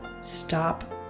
stop